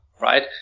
right